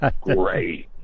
great